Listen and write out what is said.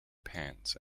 pants